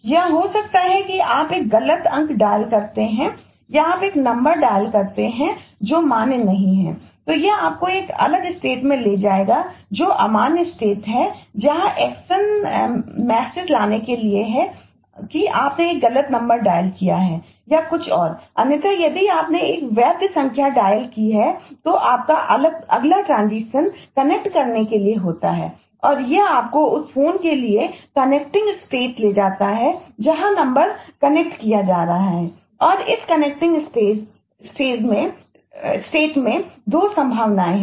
यह हो सकता है कि आप एक गलत अंक डायल से 2 संभावनाएं हैं